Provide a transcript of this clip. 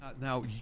Now